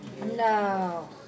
No